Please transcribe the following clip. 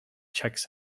checks